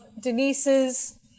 Denise's